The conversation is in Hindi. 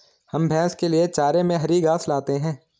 हम भैंस के लिए चारे में हरी घास लाते हैं